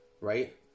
right